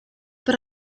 but